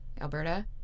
Alberta